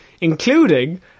including